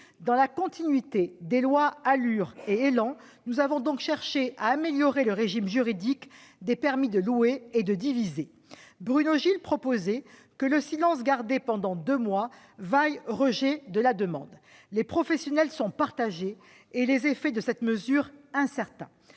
dite loi ALUR, et de la loi ÉLAN, nous avons cherché à améliorer le régime juridique des permis de louer et de diviser. Bruno Gilles proposait que le silence gardé pendant deux mois vaille rejet de la demande. Les professionnels sont partagés et les effets de cette mesure sont incertains.